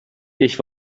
ich